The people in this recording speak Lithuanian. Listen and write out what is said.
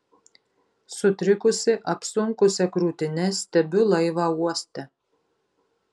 sutrikusi apsunkusia krūtine stebiu laivą uoste